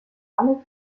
alle